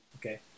Okay